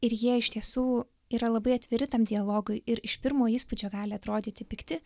ir jie iš tiesų yra labai atviri tam dialogui ir iš pirmo įspūdžio gali atrodyti pikti